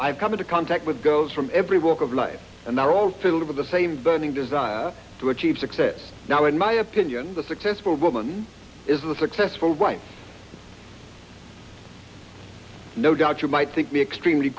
i've come into contact with girls from every walk of life and they're all filled with the same burning desire to achieve success now in my opinion the successful woman is a successful right no doubt you might be extremely